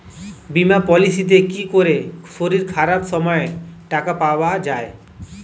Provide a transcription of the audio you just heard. বীমা পলিসিতে কি করে শরীর খারাপ সময় টাকা পাওয়া যায়?